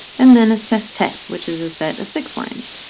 and then a sestet, which is the set of six lines.